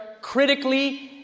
critically